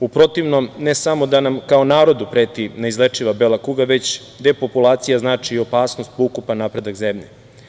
U protivnom, ne samo da nam kao narodu preti, neizlečiva bela kuga, već depopulacija znači opasnost po ukupan napredak zemlje.